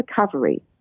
recovery